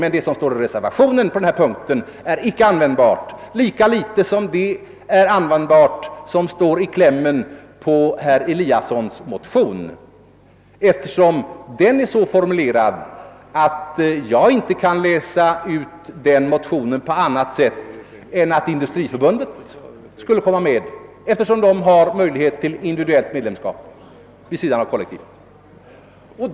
Men det som står i reservationen på denna punkt är icke användbart, lika litet som det är användbart som står i klämmen i herr Eliassons motion. Den är nämligen så formulerad att jag inte kan läsa den på annat sätt än att Industriförbundet skulle komma med, eftersom det där finns möjlighet till individuellt medlemskap vid sidan av kollektivt.